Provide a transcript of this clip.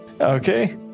Okay